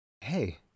Hey